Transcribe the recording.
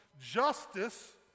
justice